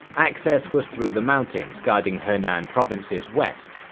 access was through the mountains guarding henan province's west,